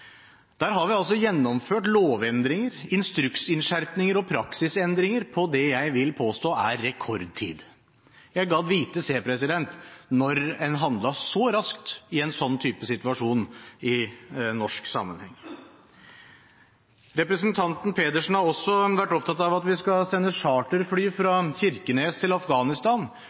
Der har vi altså gjennomført lovendringer, instruksinnskjerpinger og praksisendringer på det jeg vil påstå er rekordtid. Jeg gadd vite når en handlet så raskt i en sånn type situasjon i norsk sammenheng. Representanten Pedersen har også vært opptatt av at vi skal sende charterfly fra